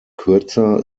kürzer